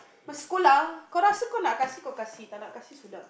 but school lah